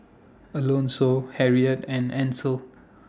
Alonso Harriett and Ansel